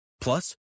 Plus